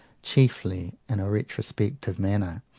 chiefly in a retrospective manner,